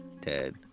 Ted